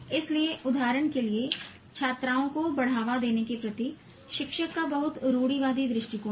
इसलिए उदाहरण के लिए छात्राओं को बढ़ावा देने के प्रति शिक्षक का बहुत रूढ़िवादी दृष्टिकोण है